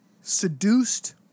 Seduced